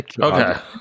Okay